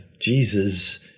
Jesus